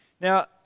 Now